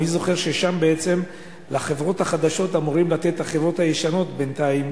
אני זוכר ששם בעצם לחברות החדשות אמורות החברות הישנות לתת בינתיים